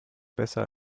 besser